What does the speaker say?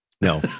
no